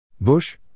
Bush